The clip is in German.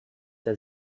der